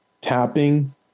Tapping